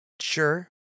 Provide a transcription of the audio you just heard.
Sure